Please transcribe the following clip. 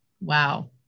Wow